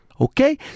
okay